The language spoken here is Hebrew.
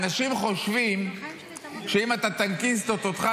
אנשים חושבים שאם אתה טנקיסט או תותחן,